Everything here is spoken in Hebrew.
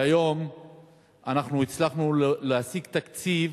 והיום הצלחנו להשיג תקציב